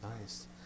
Nice